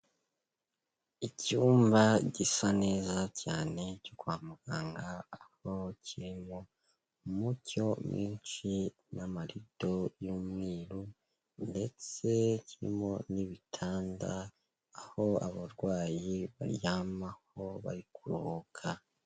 Icyumba gisa neza cyane cyo kwa muganga, aho kirimo umucyo mwinshi n'amarido y'umweru ndetse kirimo n'ibitanda, aho abarwayi baryamaho bari kuruhuka.